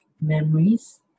memories